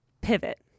Pivot